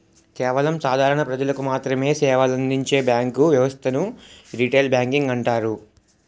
కేవలం సాధారణ ప్రజలకు మాత్రమె సేవలందించే బ్యాంకు వ్యవస్థను రిటైల్ బ్యాంకింగ్ అంటారు